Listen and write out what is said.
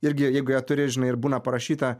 irgi jeigu ją turi žinai ir būna parašyta